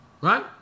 right